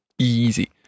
easy